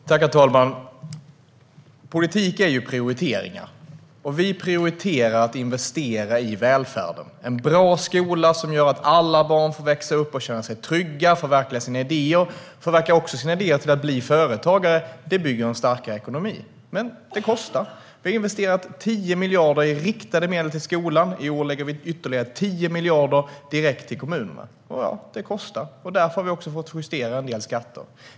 Herr talman! Politik är prioriteringar. Vi prioriterar att investera i välfärden och en bra skola som gör att alla barn får växa upp och känna sig trygga och förverkliga sina idéer, också när det gäller att bli företagare. Detta bygger en starkare ekonomi, men det kostar. Vi har investerat 10 miljarder i riktade medel till skolan. I år ger vi ytterligare 10 miljarder direkt till kommunerna. Detta kostar, och därför har vi fått justera en del skatter.